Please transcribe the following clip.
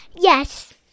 Yes